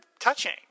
touching